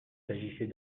s’agissait